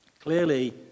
Clearly